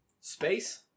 space